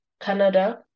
canada